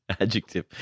adjective